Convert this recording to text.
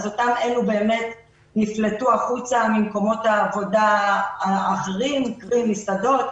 אז אותם אלה באמת נפלטו החוצה ממקומות העבודה האחרים קרי: מסעדות,